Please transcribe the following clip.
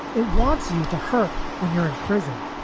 it wants you to hurt when you're in prison.